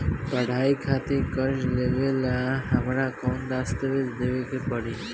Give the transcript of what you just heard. पढ़ाई खातिर कर्जा लेवेला हमरा कौन दस्तावेज़ देवे के पड़ी?